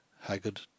haggard